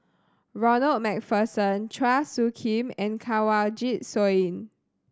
Ronald Macpherson Chua Soo Khim and Kanwaljit Soin